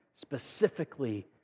specifically